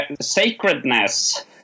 sacredness